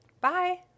Bye